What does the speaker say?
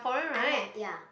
I like ya